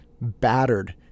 battered